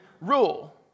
rule